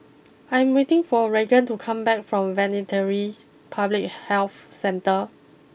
I'm waiting for Regan to come back from Veterinary Public Health Centre